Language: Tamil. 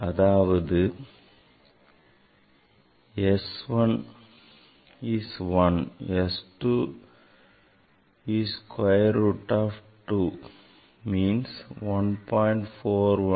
அதாவது S 1 is 1 S 2 is square root of 2 means 1